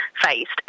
faced